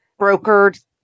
brokered